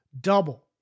Double